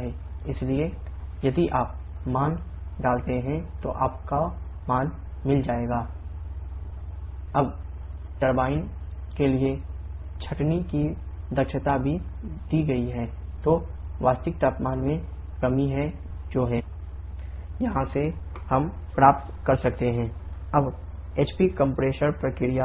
इसलिए यदि आप मान डालते हैं तो आपको मिल जाएगा 𝑇7 6865 𝐾 अब टरबाइन के लिए ईसेंट्रॉपीक की दक्षता भी दी गई है जो वास्तविक तापमान में कमी है जो है tT6 T7T6 T7s जहाँ से हम प्राप्त कर सकते हैं 𝑇7𝑠 645 𝐾 अब HP कम्प्रेशन के लिए